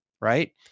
Right